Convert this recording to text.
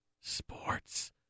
Sports